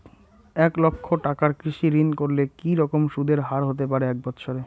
এক লক্ষ টাকার কৃষি ঋণ করলে কি রকম সুদের হারহতে পারে এক বৎসরে?